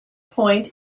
point